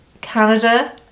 canada